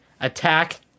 Attack